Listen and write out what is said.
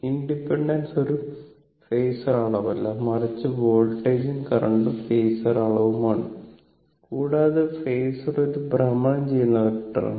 impedance ഒരു phasor അളവല്ല മറിച്ച് വോൾട്ടേജും കറന്റും ഫേസർ അളവുമാണ് കൂടാതെ ഫേസർ ഒരു ഭ്രമണം ചെയ്യുന്ന വെക്റ്ററാണ്